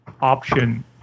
option